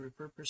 repurpose